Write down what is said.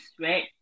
right